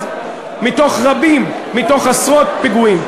אחד, מתוך רבים, מתוך עשרות פיגועים.